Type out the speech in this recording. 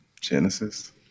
Genesis